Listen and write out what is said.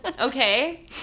Okay